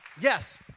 yes